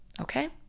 okay